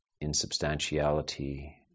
insubstantiality